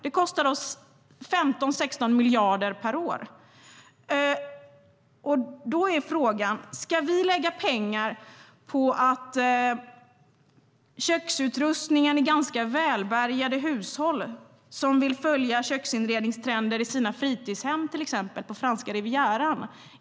Det kostar oss 15-16 miljarder per år. Då är frågan: Ska vi lägga pengar på köksutrustningen i ganska välbärgade hushåll, som till exempel vill följa köksinredningstrender i sina fritidshem på Franska rivieran?